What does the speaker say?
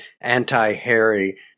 anti-Harry